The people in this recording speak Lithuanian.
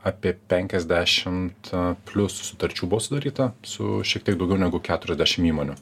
apie penkiasdešimt plius sutarčių buvo sudaryta su šiek tiek daugiau negu keturiasdešim įmonių